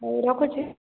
ହଉ ରଖୁଛି